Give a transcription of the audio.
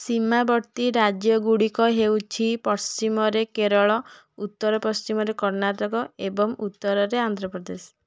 ସୀମାବର୍ତ୍ତୀ ରାଜ୍ୟଗୁଡ଼ିକ ହେଉଛି ପଶ୍ଚିମରେ କେରଳ ଉତ୍ତର ପଶ୍ଚିମରେ କର୍ଣ୍ଣାଟକ ଏବଂ ଉତ୍ତରରେ ଆନ୍ଧ୍ରପ୍ରଦେଶ